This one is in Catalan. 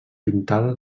pintada